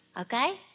Okay